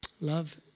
Love